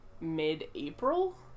mid-April